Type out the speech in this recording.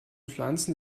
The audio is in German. pflanzen